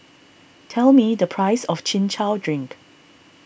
tell me the price of Chin Chow Drink